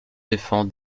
défend